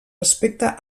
respecte